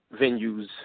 venues